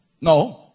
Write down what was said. no